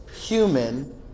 human